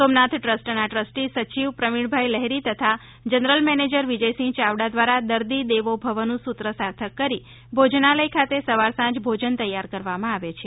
સોમનાથ ટ્રસ્ટના ટ્રસ્ટી સચિવ પ્રવિણભાઇ લહેરી તથા જનરલ મેનેજર વિજયસિંહ ચાવડા દ્વારા દર્દી દેવો ભવનું સુત્ર સાર્થક કરી ભોજનાલય ખાતે સવાર સાંજ ભોજન તૈયાર કરવામાં આવે છે